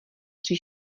tři